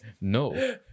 no